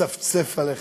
מצפצף עליכם,